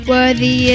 Worthy